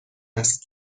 است